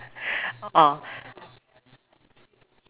orh